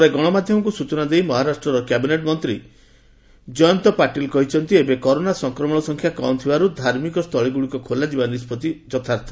ପରେ ଗଣମାଧ୍ୟମକୁ ସୂଚନା ଦେଇ ମହାରାଷ୍ଟ୍ରର କ୍ୟାବିନେଟ୍ ମନ୍ତ୍ରୀ ଜୟନ୍ତ ପାଟିଲ କହିଛନ୍ତି ଏବେ କରୋନା ସଂକ୍ରମଣ ସଂଖ୍ୟା କମ୍ ଥିବାରୁ ଧାର୍ମିକସ୍ଥଳୀଗୁଡ଼ିକ ଖୋଲାଯିବା ନିଷ୍ପତ୍ତି ଯଥାର୍ଥ